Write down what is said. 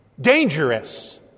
dangerous